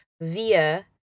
via